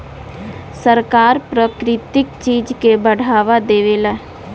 सरकार प्राकृतिक चीज के बढ़ावा देवेला